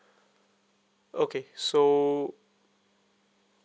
okay so